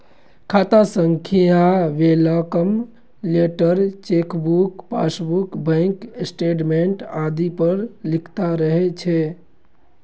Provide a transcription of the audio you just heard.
खाता संख्या welcome letter, chequebook, passbook, bank statement आदि पर लिखल रहै छै